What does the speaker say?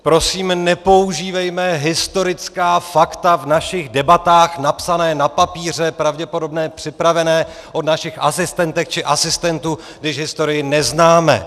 Prosím, nepoužívejme historická fakta v našich debatách napsaná na papíře, pravděpodobně připravená od našich asistentek či asistentů, když historii neznáme!